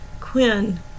Quinn